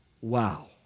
Wow